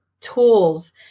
tools